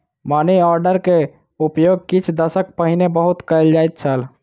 money order के उपयोग किछ दशक पहिने बहुत कयल जाइत छल